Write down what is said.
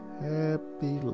happy